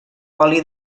oli